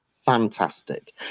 fantastic